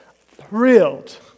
thrilled